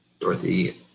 Dorothy